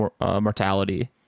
mortality